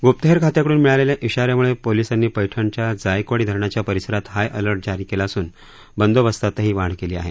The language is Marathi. ग्प्तहेर खात्याकडून मिळालेल्या इशाऱ्याम्ळे पोलिसांनी पैठणच्या जायकवाडी धरणाच्या परिसरात हाय अलर्ट जारी केला असून बंदोबस्तातही वाढ केली आहे